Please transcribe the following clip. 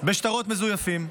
בשטרות מזויפים,